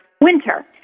winter